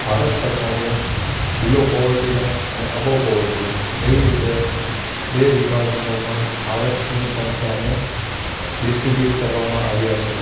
ભારત સરકારે below poverty line અને above poverty line એવી રીતે બે વિભાજનોમાં ભારતની સંખ્યાને ડિસ્ટ્રીબ્યુટ કરવામાં આવ્યા છે